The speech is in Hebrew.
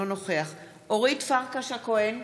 אינו נוכח אורית פרקש הכהן,